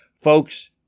Folks